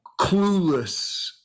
clueless